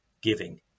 Giving